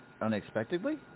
unexpectedly